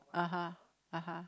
(uh huh)